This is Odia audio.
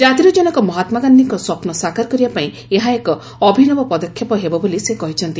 ଜାତିର ଜନକ ମହାତ୍ମା ଗାନ୍ଧୀଙ୍କ ସ୍ୱପ୍ନ ସାକାର କରିବା ପାଇଁ ଏହା ଏକ ଅଭିନବ ପଦକ୍ଷେପ ହେବ ବୋଲି ସେ କହିଛନ୍ତି